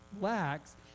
lacks